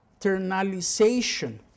internalization